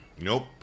Nope